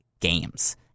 games